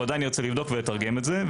עדיין הוא ירצה לבדוק ולתרגם את זה,